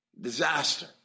Disaster